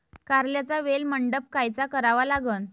कारल्याचा वेल मंडप कायचा करावा लागन?